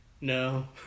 no